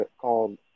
called